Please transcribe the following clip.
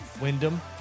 Wyndham